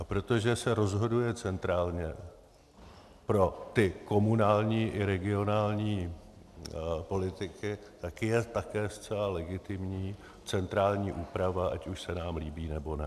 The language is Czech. A protože se rozhoduje centrálně pro ty komunální i regionální politiky, tak je také zcela legitimní centrální úprava, ať už se nám líbí, nebo ne.